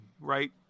right